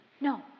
No